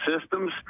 systems